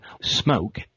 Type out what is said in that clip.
smoke